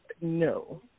No